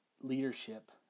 leadership